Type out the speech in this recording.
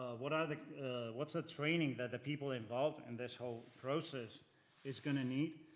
what are the what is the training that the people involved in this whole process is going to need?